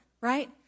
right